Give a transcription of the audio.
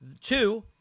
Two